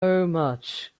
much